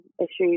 issues